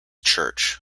church